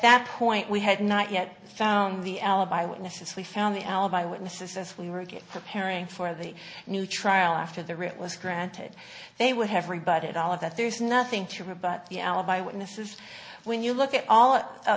that point we had not yet found the alibi witnesses we found the alibi witnesses as we were getting the caring for the new trial after the writ was granted they would have rebutted all of that there's nothing to rebut the alibi witnesses when you look at all